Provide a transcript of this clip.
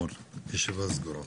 הישיבה נעולה.